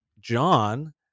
John